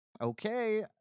Okay